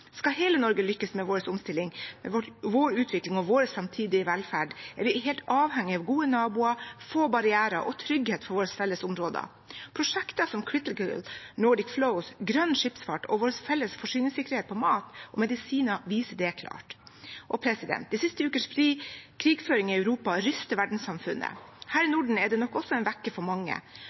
Skal hele Norge lykkes med vår omstilling, vår utvikling og vår framtidige velferd, er vi helt avhengig av gode naboer, få barrierer og trygghet for våre felles områder. Prosjektet Critical Nordic Flows og prosjekter om grønn skipsfart og vår felles forsyningssikkerhet for mat og medisiner viser det klart. De siste ukers krigføring i Europa ryster verdenssamfunnet. Her i Norden er det nok også en vekker for mange.